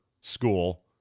school